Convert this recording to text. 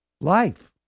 life